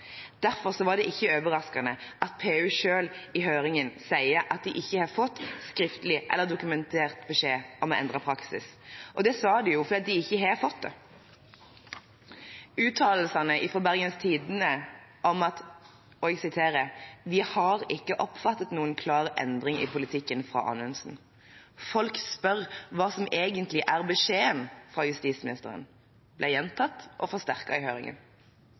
Derfor var det ikke overraskende at PU selv i høringen sa at de ikke hadde fått skriftlig eller dokumentert beskjed om å endre praksis. Dette sa de fordi de ikke hadde fått det. Uttalelsene fra Bergens Tidende er: «Vi har ikke oppfattet noen klar endring i politikken fra Anundsen. Folk spør seg om hva som egentlig er beskjeden fra justisministeren.» Dette ble gjentatt og forsterket i høringen.